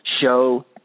show